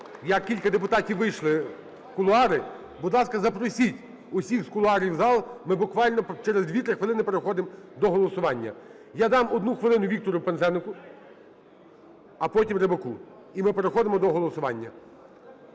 як кілька депутатів вийшли в кулуари. Будь ласка, запросіть усіх з кулуарів в зал. Ми буквально через 2-3 хвилини переходимо до голосування. Я дам 1 хвилину Віктору Пинзенику, а потім Рибаку. І ми переходимо до голосування.